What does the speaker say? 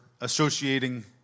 associating